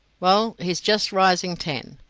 well, he's just rising ten.